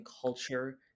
Culture